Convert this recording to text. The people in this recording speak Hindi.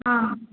हाँ